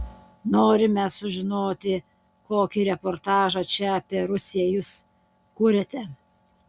norime sužinoti kokį reportažą čia apie rusiją jūs kuriate